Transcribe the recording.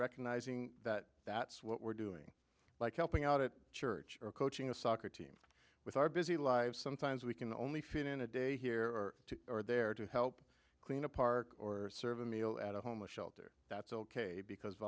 recognizing that that's what we're doing like helping out at church or coaching a soccer team with our busy lives sometimes we can only fit in a day here or are there to help clean a park or serve a meal at a homeless shelter that's ok because